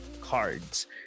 cards